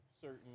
certain